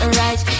right